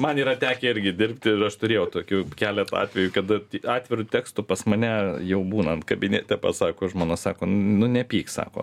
man yra tekę irgi dirbti ir aš turėjau tokių keleta atvejų kada atviru tekstu pas mane jau būnant kabinete pasako žmona sako nu nepyk sako